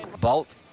Bolt